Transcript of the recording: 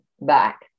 back